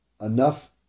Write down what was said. enough